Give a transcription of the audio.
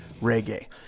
Reggae